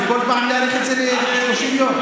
וכל פעם להאריך את זה ב-30 יום.